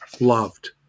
loved